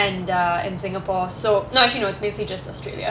and uh in singapore so no actually no it's mostly just australia